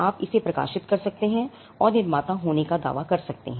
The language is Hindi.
आप इसे प्रकाशित कर सकते हैं और निर्माता होने का दावा कर सकते हैं